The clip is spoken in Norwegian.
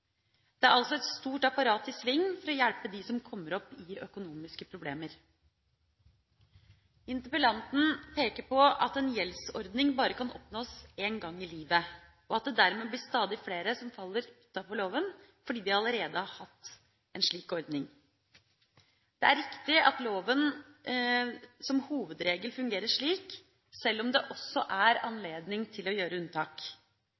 Det er altså et stort apparat i sving for å hjelpe dem som kommer opp i økonomiske problemer. Interpellanten peker på at en gjeldsordning bare kan oppnås én gang i livet, og at det dermed blir stadig flere som faller utenfor loven fordi de allerede har hatt en slik ordning. Det er riktig at loven som hovedregel fungerer slik, sjøl om det også er anledning til å gjøre unntak.